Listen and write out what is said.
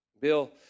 Bill